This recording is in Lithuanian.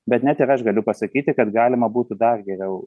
bet net ir aš galiu pasakyti kad galima būtų dar geriau